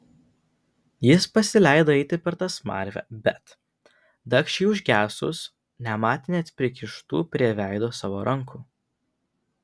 jis pasileido eiti per tą smarvę bet dagčiai užgesus nematė net prikištų prie veido savo rankų